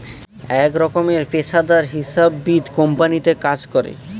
এক রকমের পেশাদার হিসাববিদ কোম্পানিতে কাজ করে